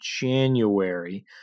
January